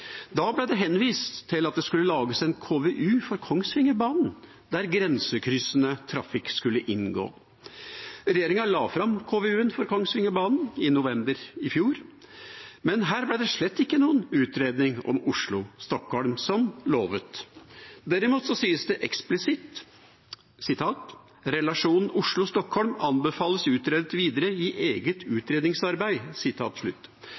Da ble det henvist til at det skulle lages en KVU for Kongsvingerbanen, der grensekryssende trafikk skulle inngå. Regjeringa la fram KVU-en for Kongsvingerbanen i november i fjor, men her ble det slett ikke noen utredning om Oslo–Stockholm, som lovet. Derimot sies det eksplisitt: «Relasjonen Oslo–Stockholm anbefales utredet videre i eget